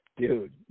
Dude